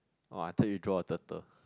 oh I thought you draw a turtle